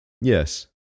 Yes